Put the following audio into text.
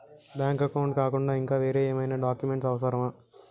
Bank account కాకుండా ఇంకా వేరే ఏమైనా డాక్యుమెంట్స్ అవసరమా?